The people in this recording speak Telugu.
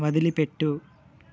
వదిలిపెట్టు